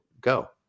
go